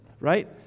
right